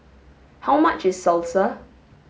how much is salsa